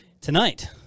Tonight